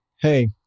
hey